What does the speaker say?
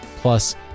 plus